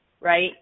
right